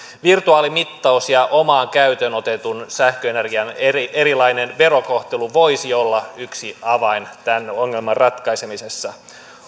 virtuaalimittaus ja omaan käyttöön otetun sähköenergian erilainen verokohtelu voisi olla yksi avain tämän ongelman ratkaisemisessa